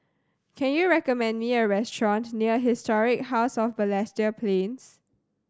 can you recommend me a restaurant near Historic House of Balestier Plains